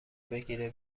بگیره